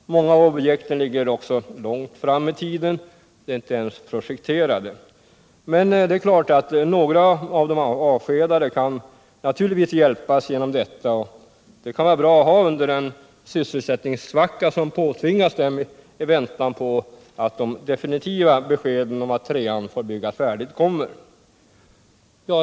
Många av objekten ligger också långt fram i tiden. De är inte ens projekterade. Några av de avskedade kan naturligtvis hjälpas genom dessa arbeten, som också kan vara bra att ha under den sysselsättningssvacka som påtvingas arbetarna i väntan på det definitiva beskedet om att trean får byggas färdig.